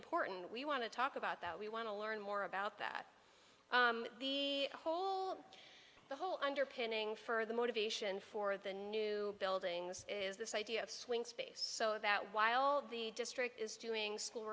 important and we want to talk about that we want to learn more about that the whole the whole underpinning for the motivation for the new buildings is this idea of swing space so that while the district is doing school